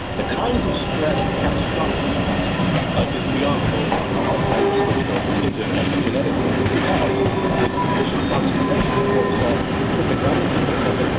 the kinds of stress, the catastrophic stress is beyond the goldilocks effect now you're switched over into epigenetic land because with sufficient concentration of cortisol slipping right into the placenta,